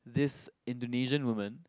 this Indonesian woman